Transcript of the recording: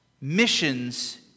Missions